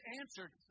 answered